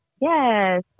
Yes